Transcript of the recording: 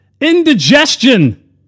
indigestion